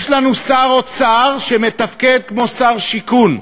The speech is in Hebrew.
יש לנו שר אוצר שמתפקד כמו שר שיכון,